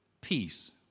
peace